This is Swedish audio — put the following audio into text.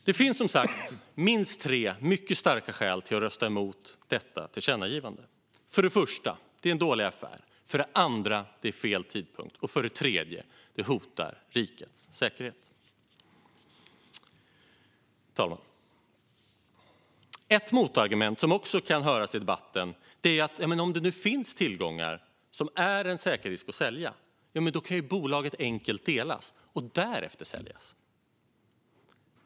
Det finns som sagt minst tre mycket starka skäl till att rösta emot detta tillkännagivande. För det första är det en dålig affär, för det andra är det fel tidpunkt och för det tredje hotar det rikets säkerhet. Herr talman! Ett motargument som också kan höras i debatten är att om det nu finns tillgångar som det är en säkerhetsrisk att sälja kan bolaget enkelt delas och därefter säljas.